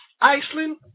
Iceland